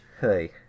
Hey